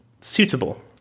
suitable